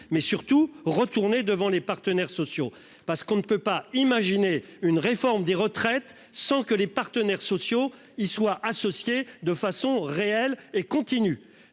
mais surtout retourner devant les partenaires sociaux parce qu'on ne peut pas imaginer une réforme des retraites sans que les partenaires sociaux y soient associés de façon réelle et continue,